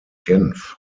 genf